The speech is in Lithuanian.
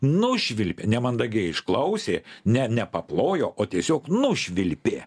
nušvilpė nemandagiai išklausė ne nepaplojo o tiesiog nušvilpė